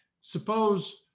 suppose